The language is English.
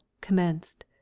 commenced